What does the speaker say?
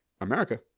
America